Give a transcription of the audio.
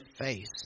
face